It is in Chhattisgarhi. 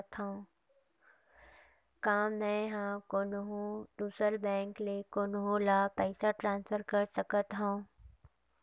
का मै हा कोनहो दुसर बैंक ले कोनहो ला पईसा ट्रांसफर कर सकत हव?